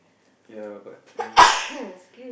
ya but uh